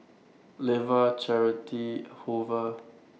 Levar Charity Hoover